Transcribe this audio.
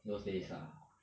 those days ah